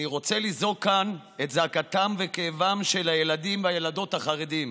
אני רוצה לזעוק כאן את זעקתם וכאבם של הילדים והילדות החרדים,